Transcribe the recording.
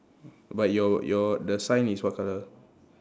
but your your the sign is what colour